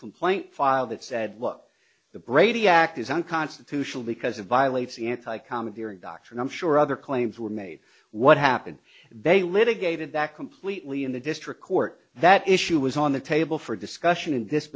complaint filed that said what the brady act is unconstitutional because it violates the anti commandeering doctrine i'm sure other claims were made what happened they litigated that completely in the district court that issue was on the table for discussion